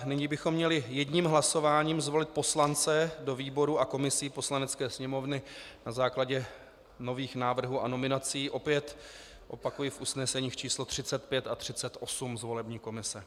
Nyní bychom měli jedním hlasováním zvolit poslance do výborů a komisí Poslanecké sněmovny na základě nových návrhů a nominací, opět opakuji, v usneseních číslo 35 a 38 z volební komise.